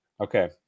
Okay